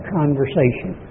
conversation